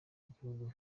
igihugu